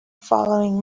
following